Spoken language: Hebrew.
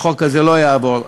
והחוק הזה לא יעבור.